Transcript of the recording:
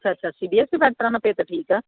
ਅੱਛਾ ਅੱਛੀ C B S E pattern ਹੈ ਫਿਰ ਤਾਂ ਠੀਕ ਹੈ